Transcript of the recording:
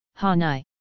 Hanai